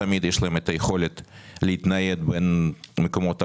תמיד היכולת להתנייד בין מקומות העבודה.